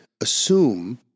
assume